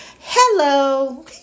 hello